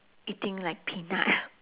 eating like peanut